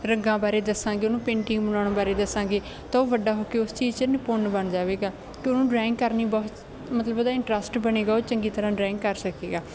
ਰੰਗਾ ਬਾਰੇ ਦੱਸਾਂਗੇ ਉਹਨੂੰ ਪੇਂਟਿੰਗ ਬਣਾਉਣ ਬਾਰੇ ਦੱਸਾਂਗੇ ਤਾਂ ਉਹ ਵੱਡਾ ਹੋ ਕੇ ਉਸ ਚੀਜ਼ 'ਚ ਨਿਪੁੰਨ ਬਣ ਜਾਵੇਗਾ ਕਿਉਂ ਉਹਨੂੰ ਡਰਾਇੰਗ ਕਰਨੀ ਬਹੁਤ ਮਤਲਬ ਉਹਦਾ ਇੰਟਰਸਟ ਬਣੇਗਾ ਉਹ ਚੰਗੀ ਤਰ੍ਹਾਂ ਡਰਾਇੰਗ ਕਰ ਸਕੇਗਾ